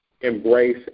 embrace